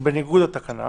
בניגוד לתקנה,